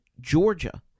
Georgia